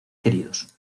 queridos